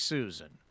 Susan